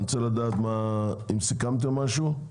אני רוצה לדעת אם סיכמתם משהו,